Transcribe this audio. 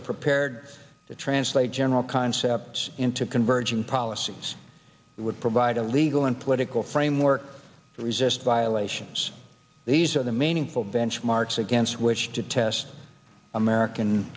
are prepared to translate general concepts into converging policies that would provide a legal and political framework for resist violations these are the meaningful benchmarks against which to test american